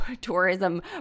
tourism